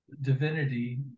divinity